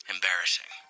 Embarrassing